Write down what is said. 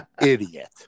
Idiot